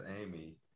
Amy